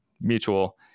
mutual